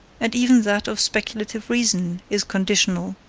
and even that of speculative reason is conditional,